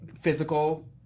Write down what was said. physical